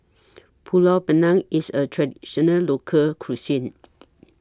Pulut Panggang IS A Traditional Local Cuisine